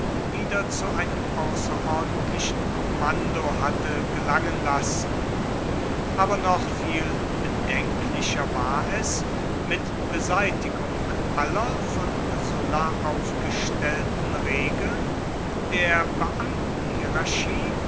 wieder zu einem außerordentlichen kommando hatte gelangen lassen aber noch viel bedenklicher war es mit beseitigung aller von sulla aufgestellten regeln der